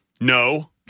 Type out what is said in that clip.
no